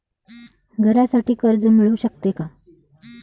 घरासाठी कर्ज मिळू शकते का?